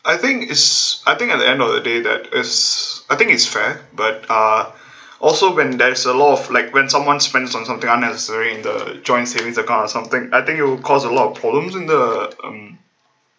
I think is I think at the end of the day that is I think it's fair but uh also when there is a lot of like when someone spends on something unnecessary in the joint savings account or something I think it'll cause a lot of problems in the um